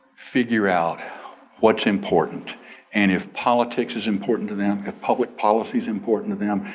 figure out what's important and if politics is important to them, if public policy is important to them,